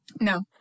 No